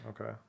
Okay